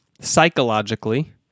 psychologically